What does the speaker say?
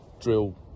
drill